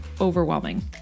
overwhelming